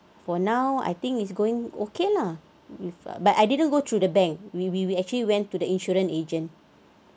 for now I think it's going okay lah with a but I didn't go through the bank we we we actually went to the insurance agent